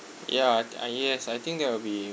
yeah I th~ yes I think that will be